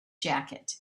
jacket